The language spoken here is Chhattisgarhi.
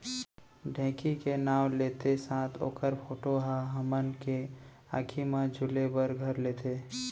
ढेंकी के नाव लेत्ते साथ ओकर फोटो ह हमन के आंखी म झूले बर घर लेथे